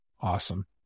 Awesome